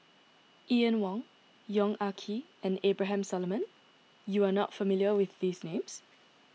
Ian Woo Yong Ah Kee and Abraham Solomon you are not familiar with these names